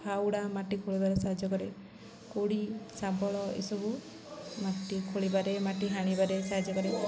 ଫାଉଡ଼ା ମାଟି ଖୋଳିବାରେ ସାହାଯ୍ୟ କରେ କୋଡ଼ି ଶାବଳ ଏସବୁ ମାଟି ଖୋଳିବାରେ ମାଟି ହାଣିବାରେ ସାହାଯ୍ୟ କରେ